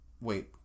Wait